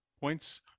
points